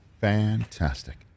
fantastic